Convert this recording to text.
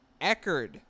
Eckerd